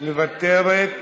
מוותרת,